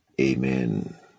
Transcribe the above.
Amen